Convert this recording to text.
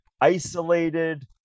isolated